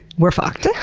we're fucked.